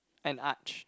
and arched